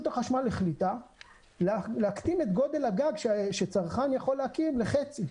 החשמל החליטה להקטין את גודל הגג שצרכן יכול להקים לחצי,